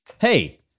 Hey